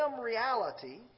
reality